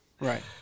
right